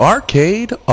Arcade